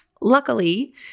Luckily